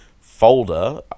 folder